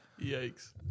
Yikes